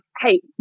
Hey